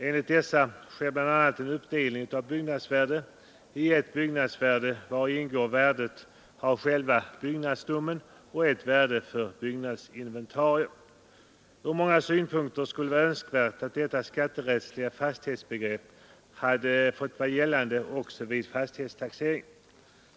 Enligt dessa sker bl.a. en uppdelning av byggnadsvärdet i ett byggnadsvärde vari ingår värdet av själva byggnadsstommen och ett värde för byggnadsinventarier. Ur många synpunkter skulle det varit önskvärt att detta skatterättsliga fastighetsbegrepp hade fått vara gällande också vid fastighetstaxeringen.